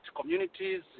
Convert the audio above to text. communities